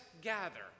gather